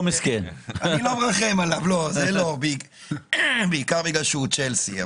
אני לא מרחם עליו, בעיקר בגלל שהוא צ'לסי.